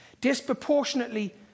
disproportionately